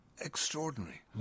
extraordinary